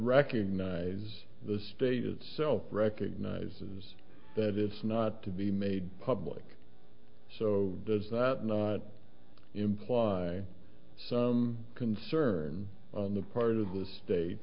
recognize the state itself recognizes that it's not to be made public so does that not imply some concern on the part of the state